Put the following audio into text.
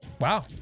Wow